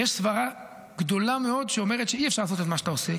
יש סברה גדולה מאוד שאומרת שאי-אפשר לעשות את מה שאתה עושה,